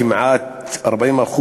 כמעט 40%,